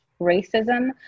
racism